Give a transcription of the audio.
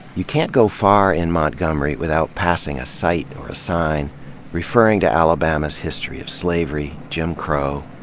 you can't go far in montgomery without passing a site or a sign referring to alabama's history of slavery, jim crow,